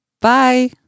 Bye